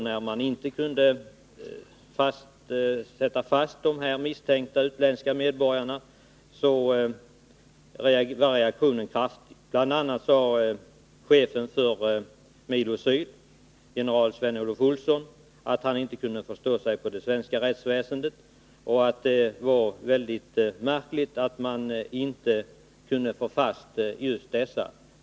När man inte kunde sätta fast de misstänkta utländska medborgarna, så blev reaktionen kraftig. Bl. a. har chefen för Milo Syd, general Sven Olof Olson, sagt att han inte kan förstå sig på det svenska rättsväsendet och att det är väldigt märkligt att man inte kunde få fast just dessa.